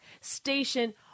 station